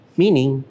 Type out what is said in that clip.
meaning